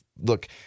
look